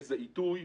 באיזה עיתוי,